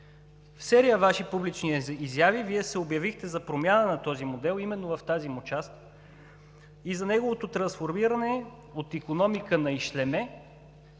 В серия Ваши публични изяви Вие се обявихте за промяна на този модел именно в тази му част и за неговото трансформиране от икономика на ишлеме,